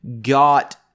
got